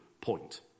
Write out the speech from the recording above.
point